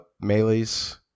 melee's